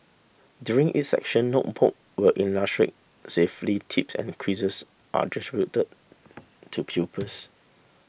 during each session notebook with illustrated safely tips and quizzes are distributed to pupils